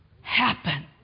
happen